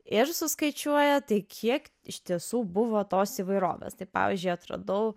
ir suskaičiuoja tai kiek iš tiesų buvo tos įvairovės tai pavyzdžiui atradau